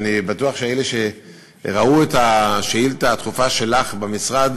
אני בטוח שאלה שראו את השאילתה הדחופה שלך במשרד,